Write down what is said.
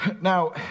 Now